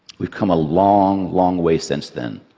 we've come a long, long way since then.